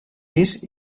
pis